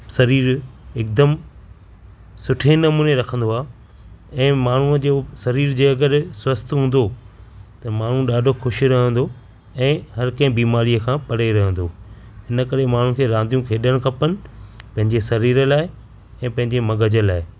सरीरु हिकदमि सुठे नमूने रखंदो आहे ऐं माण्हूअ जो सरीरु जे अगरि स्वस्थ हूंदो त माण्हू ॾाढो ख़ुशि रहंदो ऐं हर कंहिं बीमारीअ खां परे रहंदो हिन करे माण्हूअ खे रांदियूं खेॾण खपेनि पंहिंजे सरीर लाइ ऐं पंहिंजे मग़ज़ लाइ